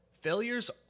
Failures